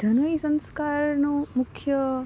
જનોઈ સંસ્કારનો મુખ્ય